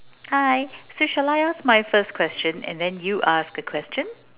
hi so shall I ask my first question and then you ask a question